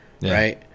Right